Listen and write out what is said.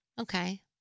Okay